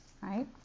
right